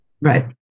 Right